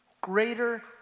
greater